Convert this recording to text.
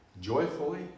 joyfully